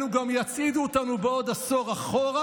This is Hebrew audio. אלו גם יצעידו אותנו בעוד עשור אחורה